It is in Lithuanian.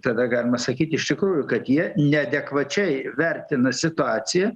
tada galima sakyt iš tikrųjų kad jie neadekvačiai vertina situaciją